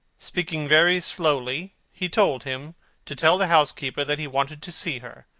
speaking very slowly, he told him to tell the house-keeper that he wanted to see her,